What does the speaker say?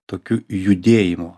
tokiu judėjimu